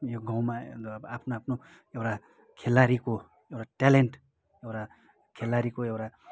यो गाउँमा आफ्नो आफ्नो एउटा खेलाडीको एउटा ट्यालेन्ट एउटा खेलाडीको एउटा